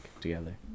together